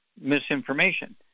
misinformation